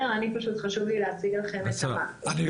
לי פשוט חשוב להציג לכם את המקרו.